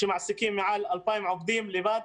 שמעסיקים מעל 2,000 עובדים לבד.